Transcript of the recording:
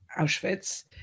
Auschwitz